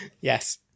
Yes